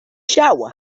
shower